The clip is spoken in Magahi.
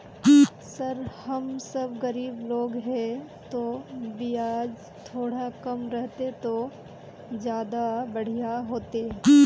सर हम सब गरीब लोग है तो बियाज थोड़ा कम रहते तो ज्यदा बढ़िया होते